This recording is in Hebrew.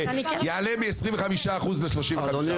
יעלה מ-25% ל-30%.